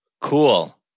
Cool